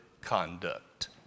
conduct